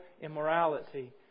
immorality